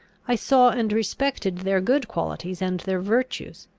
i saw and respected their good qualities and their virtues.